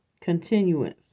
continuance